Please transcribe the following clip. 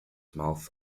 mouth